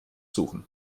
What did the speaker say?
suchen